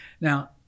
Now